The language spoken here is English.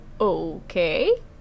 Okay